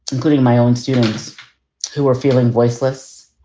including my own students who are feeling voiceless,